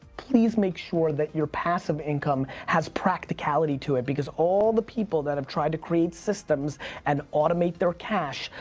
please make sure that your passive income has practicality to it. because of all the people that have tried to create systems and automate their cash,